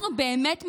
אנחנו באמת מתפלאים,